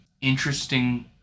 interesting